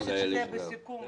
אנימבקשת שזה יהיה בסיכום הדיון.